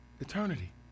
eternity